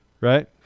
Right